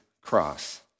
cross